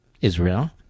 Israel